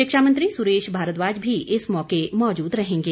शिक्षा मंत्री सुरेश भारद्वाज भी इस मौके मौजूद रहेंगे